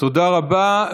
תודה רבה.